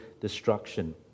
destruction